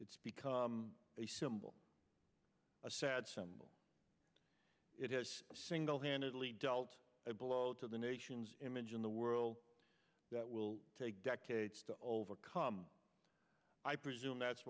it's become a symbol a sad symbol it has single handedly dealt a blow to the nation's image in the world that will take decades to overcome i presume that's